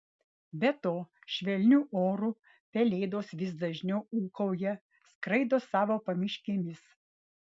be to švelniu oru pelėdos vis dažniau ūkauja skraido savo pamiškėmis